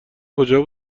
کجا